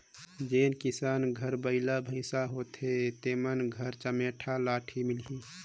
जेन किसान घर बइला भइसा होथे तेमन घर चमेटा लाठी मिलही